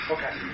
Okay